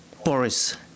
Boris